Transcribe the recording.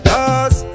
Cause